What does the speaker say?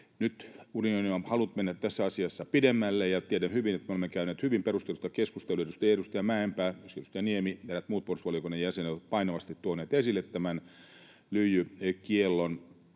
Nyt unioni on halunnut mennä tässä asiassa pidemmälle, ja olemme käyneet hyvin perusteellista keskustelua, jossa erityisesti edustaja Mäenpää ja myöskin edustaja Niemi ja eräät muut puolustusvaliokunnan jäsenet ovat painavasti tuoneet esille tämän lyijykiellon